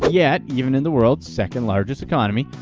yet even in the world's second-largest economy,